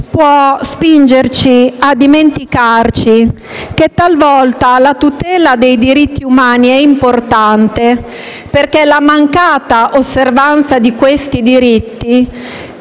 può spingerci a dimenticare che, talvolta, la tutela dei diritti umani è importante: infatti, la mancata osservanza di tali diritti